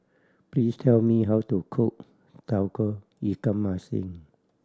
please tell me how to cook Tauge Ikan Masin